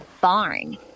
barn